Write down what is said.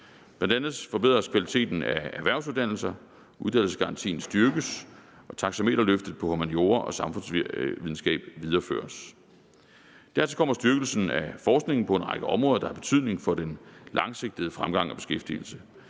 Bl.a. forbedres kvaliteten af erhvervsuddannelserne, uddannelsesgarantien styrkes, og taxameterløftet på humaniora og samfundsvidenskab videreføres. Dertil kommer styrkelsen af forskningen på en række områder, der har betydning for den langsigtede fremgang og beskæftigelse.